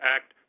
Act